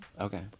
Okay